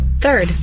Third